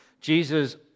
Jesus